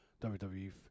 WWE